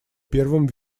первым